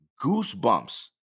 goosebumps